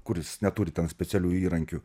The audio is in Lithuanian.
kuris neturi ten specialių įrankių